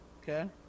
okay